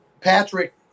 Patrick –